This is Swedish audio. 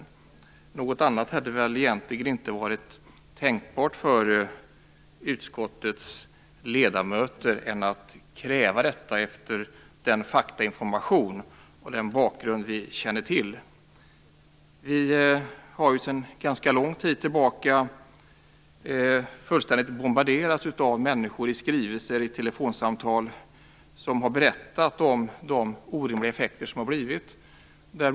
Något annat än att kräva detta hade väl egentligen inte varit tänkbart för utskottets ledamöter med tanke på den bakgrundsinformation av fakta vi känner till. Vi i utskottet har sedan lång tid tillbaka fullkomligt bombarderats av skrivelser och telefonsamtal från människor som har berättat om de orimliga effekter som har uppstått.